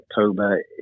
October